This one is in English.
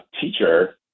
teacher